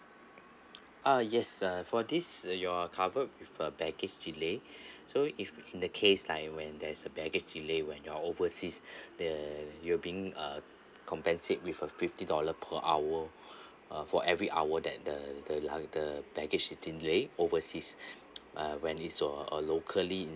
ah yes uh for this your are covered with a baggage delay so if in the case like when there's a baggage delay when you're overseas the you're being uh compensate with a fifty dollar per hour uh for every hour that the the like the baggage delayed overseas uh when it's or or locally